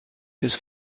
his